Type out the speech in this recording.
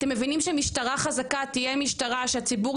אתם מבינים שמשטרה חזקה תהיה משטרה שהציבור